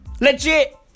Legit